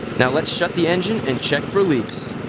now let's shut the engine and check for leaks.